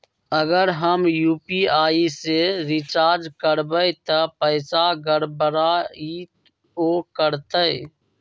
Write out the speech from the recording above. अगर हम यू.पी.आई से रिचार्ज करबै त पैसा गड़बड़ाई वो करतई?